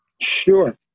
Sure